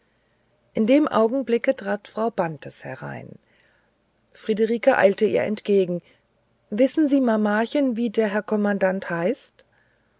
in dem augenblicke trat frau bantes herein friederike eilte ihr entgegen wissen sie mamachen wie der herr kommandant heißt